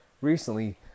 recently